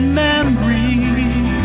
memories